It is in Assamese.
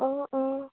অঁ অঁ